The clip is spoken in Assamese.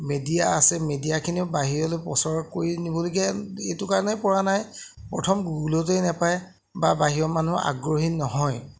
মেডিয়া আছে মেডিয়াখিনিও বাহিৰলৈ প্ৰচাৰ কৰি নিবলগীয়া এইটো কাৰণেই পৰা নাই প্ৰথম গুগলতেই নাপায় বা বাহিৰৰ মানুহ আগ্ৰহী নহয়